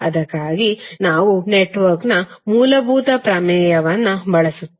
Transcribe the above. ಅದಕ್ಕಾಗಿ ನಾವು ನೆಟ್ವರ್ಕ್ನ ಮೂಲಭೂತ ಪ್ರಮೇಯವನ್ನು ಬಳಸುತ್ತೇವೆ